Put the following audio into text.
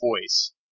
voice